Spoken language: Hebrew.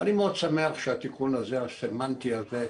אני מאוד שמח שהתיקון הסמנטי הזה,